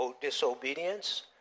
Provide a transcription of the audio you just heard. disobedience